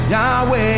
Yahweh